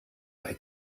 bei